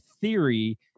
theory